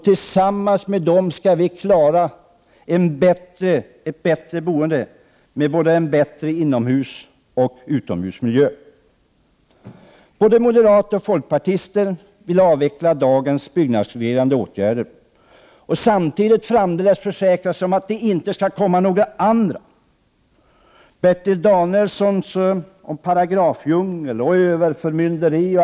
Tillsammans med den skall vi klara en bättre boendemiljö både inomhus och utomhus. Både moderater och folkpartister vill avveckla dagens byggnadsreglerande åtgärder och samtidigt försäkra sig om att det framdeles inte skall komma några andra sådana. Bertil Danielsson talade om paragrafdjungel och överförmynderi.